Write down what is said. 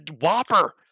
whopper